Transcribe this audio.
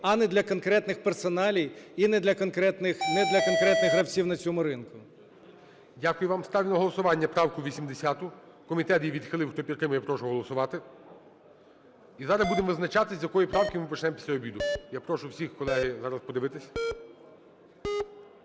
а не для конкретних персоналій і не для конкретних гравців на цьому ринку. ГОЛОВУЮЧИЙ. Дякую вам. Ставлю на голосування правку 80. Комітет її відхилив. Хто підтримує, прошу голосувати. І зараз будемо визначатися, з якої правки ми почнемо після обіду. Я прошу всіх, колеги, зараз подивитися.